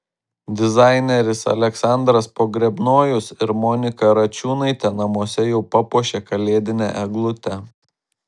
dizaineris aleksandras pogrebnojus ir monika račiūnaitė namuose jau papuošė kalėdinę eglutę